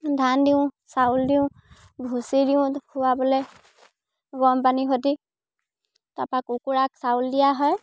ধান দিওঁ চাউল দিওঁ ভুচি দিওঁ খোৱাবলে গৰম পানী সতি তাৰপা কুকুৰাক চাউল দিয়া হয়